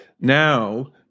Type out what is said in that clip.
now